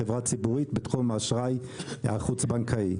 חברה ציבורית בתחום האשראי החוץ בנקאי.